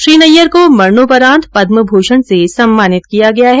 श्री नय्यर को मरणोपरांत पद्म भूषण से सम्मानित किया गया है